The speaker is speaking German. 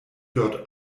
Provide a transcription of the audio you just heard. dort